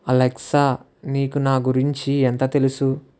Alexa నీకు నా గురించి ఎంత తెలుసు